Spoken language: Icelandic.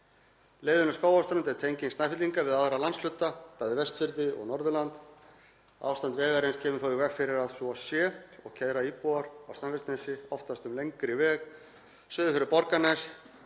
Leiðin um Skógarströnd er tenging Snæfellinga við aðra landshluta, bæði Vestfirði og Norðurland. Ástand vegarins kemur þó í veg fyrir að svo sé og keyra íbúar á Snæfellsnesi oftast um lengri veg suður fyrir Borgarnes